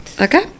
Okay